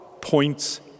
points